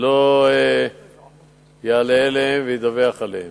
לא יעלה עליהם וידווח עליהם.